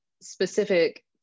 specific